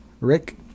Rick